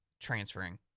transferring